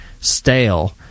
stale